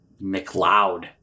McLeod